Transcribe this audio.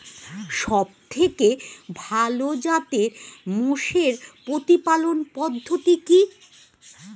সবথেকে ভালো জাতের মোষের প্রতিপালন পদ্ধতি কি?